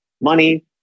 money